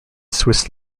swiss